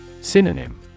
Synonym